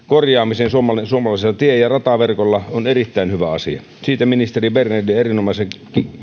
korjaamiseen suomalaisella tie ja rataverkolla on erittäin hyvä asia siitä ministeri bernerille erinomaisen